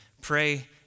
pray